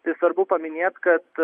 tai svarbu paminėt kad